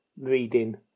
reading